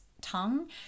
tongue